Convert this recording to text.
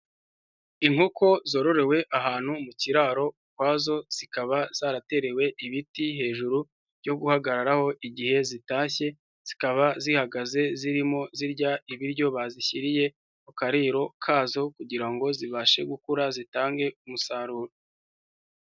Inkoko zororewe ahantu mu kiraro ukwazo zikaba zaraterewe ibiti hejuru, byo guhagararaho igihe zitashye, zikaba zihagaze zirimo zirya ibiryo bazishyiriye mu kariro kazo, kugira ngo zibashe gukura zitange umusaruro.